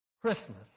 Christmas